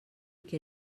que